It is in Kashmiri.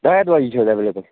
پیک وایِز چھِ حظ ایٚویلیبٕل